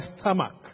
stomach